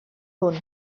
hwn